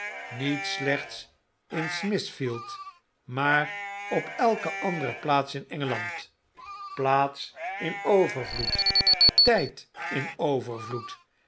niet slechts in smithfield maar op elke andere plaats in engeland plaats in overvloed tfid in overvloed